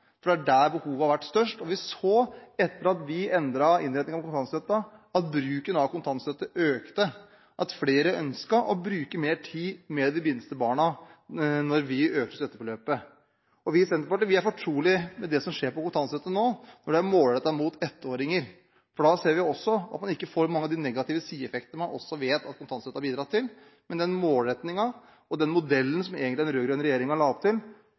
For det er der behovet har vært størst, og vi så etter at vi endret innretningen av kontantstøtten, at bruken av kontantstøtte økte, at flere ønsket å bruke mer tid med de minste barna da vi økte beløpet. Vi i Senterpartiet er fortrolig med det som skjer på kontantstøtte nå, når det er målrettet mot ettåringer, for da ser vi at man ikke får mange av de negative sideeffektene man også vet at kontantstøtten har bidratt til. Så den målrettingen og den modellen som egentlig den rød-grønne regjeringen la opp til,